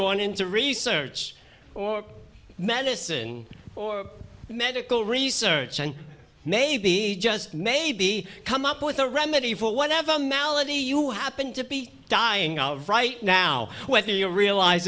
gone into research or medicine or medical research and maybe just maybe come up with a remedy for whatever malady you happen to be dying of right now whether you realize